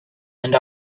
and